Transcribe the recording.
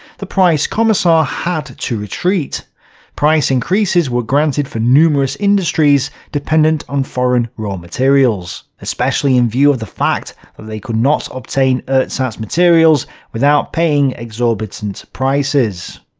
the price commissar had to retreat price increases were granted for numerous industries dependent on foreign raw materials, especially in view of the fact that they could not obtain ersatz materials without paying exorbitant prices.